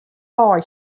wei